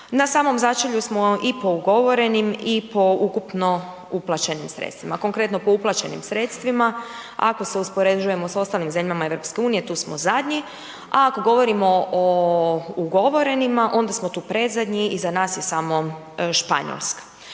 na samom začelju smo i po ugovorenim i po ukupno uplaćenim sredstvima, konkretno po uplaćenim sredstvima ako se uspoređujemo sa ostalim zemljama EU-a, tu smo zadnji a kako govorimo o ugovorenima, onda smo tu predzadnji, iza nas je samo Španjolska.